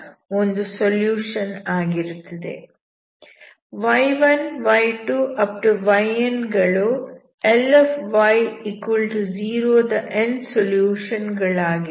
y1 y2 yn ಗಳು Ly0 ದ n solution ಗಳಾಗಿರಲಿ